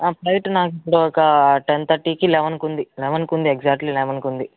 బయట నాకిప్పుడు ఒక టెన్ థర్టీకి లెవెన్కుంది లెవెన్కుంది ఎగ్సాక్ట్లీ లెవెన్కుంది